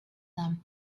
them